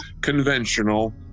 conventional